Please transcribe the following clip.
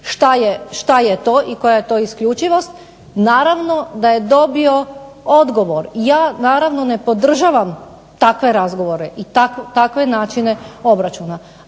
što je to i koja je to isključivost, naravno da je dobio odgovor. Ja naravno ne podržavam takve razgovore i takve načine obračuna.